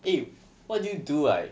eh what do you do like